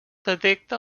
detecta